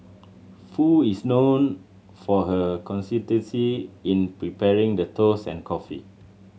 Foo is known for her consistency in preparing the toast and coffee